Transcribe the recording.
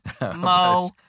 Mo